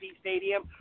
stadium